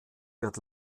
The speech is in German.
wird